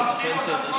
קציני צה"ל,